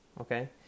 Okay